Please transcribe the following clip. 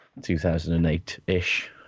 2008-ish